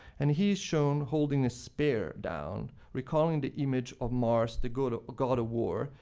and he is shown holding a spear down, recalling the image of mars, the god ah god of war,